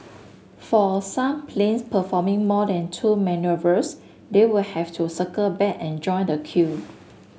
for some planes performing more than two manoeuvres they will have to circle back and join the queue